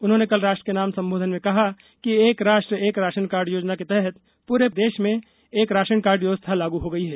उन्होंने कल राष्ट्र के नाम संबोधन में कहा कि एक राष्ट्र एक राशन कार्ड योजना के तहत पूरे देश में एक राशन कार्ड व्यवस्था लागू हो गयी है